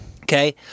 Okay